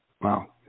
wow